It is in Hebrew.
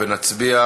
נצביע